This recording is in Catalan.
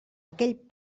aquell